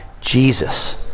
Jesus